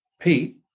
Pete